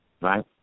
right